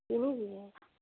چینی بھی ہے